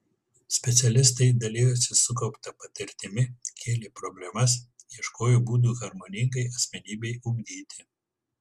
specialistai dalijosi sukaupta patirtimi kėlė problemas ieškojo būdų harmoningai asmenybei ugdyti